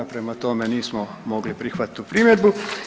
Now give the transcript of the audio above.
Prema tome, nismo mogli prihvatiti tu primjedbu.